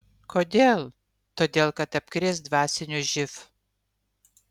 kodėl todėl kad apkrės dvasiniu živ